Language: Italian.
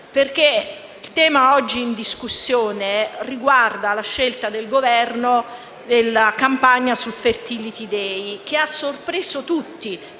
2016. Il tema oggi in discussione riguarda la scelta del Governo della campagna sul Fertility day che ha sorpreso tutti.